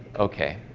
okay